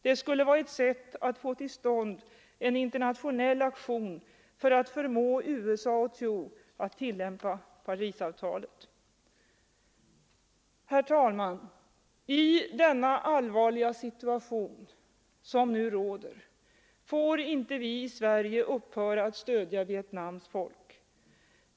Det skulle vara ett sätt att få till stånd en internationell aktion för att förmå USA och Thieu att tillämpa Parisavtalet.” Herr talman! I denna allvarliga situation får inte vi i Sverige upphöra att stödja Vietnams folk.